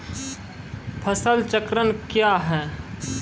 फसल चक्रण कया हैं?